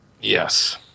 Yes